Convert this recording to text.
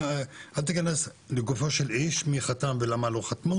אל תכנס לגופו של איש מי חתם ולמה לא חתמו.